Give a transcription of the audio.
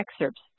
excerpts